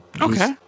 Okay